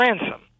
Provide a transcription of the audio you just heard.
Ransom